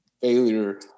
failure